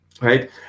right